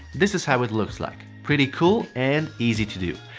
this is how it looks like. pretty cool and easy to do.